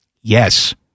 Yes